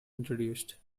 introduced